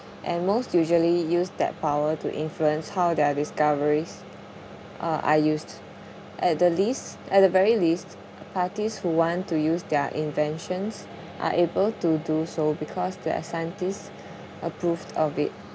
and most usually use that power to influence how their discoveries uh are used at the least at the very least parties who want to use their inventions are able to do so because their scientists approved of it